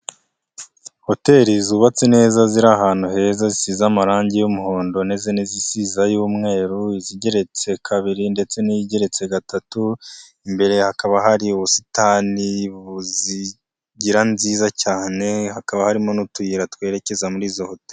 Hoteli zubatse neza, ziri ahantu heza, zisize amarangi y'umuhondo n'izindi ziziza y'umweru zigeretse kabiri ndetse n'igeretse gatatu, imbere hakaba hari ubusitani buzigira nziza cyane, hakaba harimo n'utuyira twerekeza muri izo hoteli.